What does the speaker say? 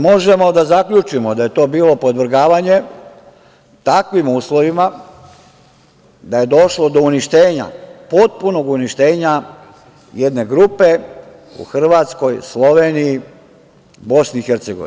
Možemo da zaključimo da je to bilo podvrgavanje takvim uslovima da je došlo do uništenja, potpunog uništenja jedne grupe u Hrvatskoj, Sloveniji, BiH.